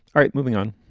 all right. moving on.